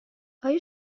آیا